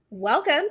Welcome